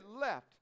left